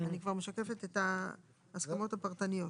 אני כבר משקפת את ההסכמות הפרטניות.